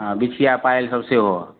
हँ बिछिआ पायलसब सेहो